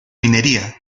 minería